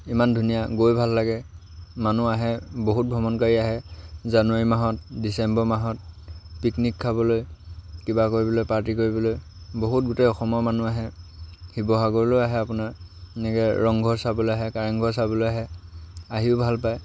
ইমান ধুনীয়া গৈ ভাল লাগে মানুহ আহে বহুত ভ্ৰমণকাৰী আহে জানুৱাৰী মাহত ডিচেম্বৰ মাহত পিকনিক খাবলৈ কিবা কৰিবলৈ পাৰ্টি কৰিবলৈ বহুত গোটেই অসমৰ মানুহ আহে শিৱসাগৰলৈ আহে আপোনাৰ এনেকৈ ৰংঘৰ চাবলৈ আহে কাৰেংঘৰ চাবলৈ আহে আহিও ভাল পায়